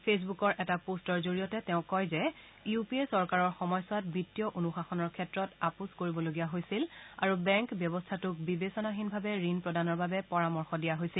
ফেচবুকৰ এটা পোষ্টৰ জৰিয়তে তেওঁ কয় যে ইউ পি এ চৰকাৰৰ সময়ছোৱাত বিত্তীয় অনুশাসনৰ ক্ষেত্ৰত আপোচ কৰিবলগীয়া হৈছিল আৰু বেংক ব্যৱস্থাটোক বিবেচনাহীনভাৱে ঋণ প্ৰদানৰ বাবে পৰমাৰ্শ দিয়া হৈছিল